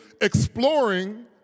exploring